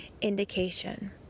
indication